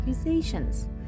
accusations